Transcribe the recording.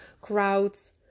crowds